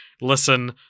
listen